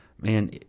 man